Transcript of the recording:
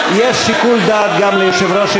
יש שיקול דעת גם ליושב-ראש.